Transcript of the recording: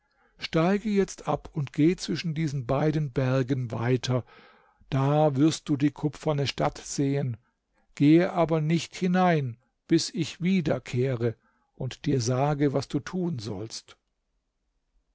steige jetzt ab und geh zwischen diesen beiden bergen weiter da wirst du die kupferne stadt sehen gehe aber nicht hinein bis ich wiederkehre und dir sage was du tun sollst